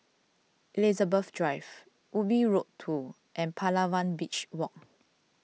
Elizabeth Drive Ubi Road two and Palawan Beach Walk